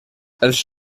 els